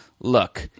Look